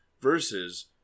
versus